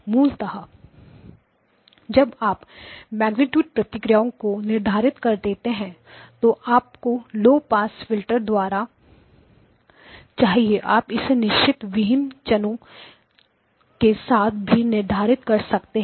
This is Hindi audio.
मूलतः जब आप मेग्नीट्यूड प्रतिक्रिया को निर्धारित कर देते हैं जो आपको लो पास फिल्टर द्वारा चाहिए आप इसे निश्चित व्हिच लनो के साथ भी निर्धारित कर सकते हैं